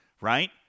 right